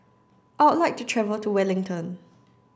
I would like to travel to Wellington